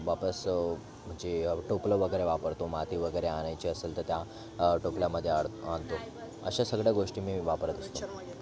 वापस म्हणजे टोपलं वगैरे वापरतो माती वगैरे आणायची असेल तर त्या टोपल्यामध्ये आड् आणतो अशा सगळ्या गोष्टी मी वापरत असतो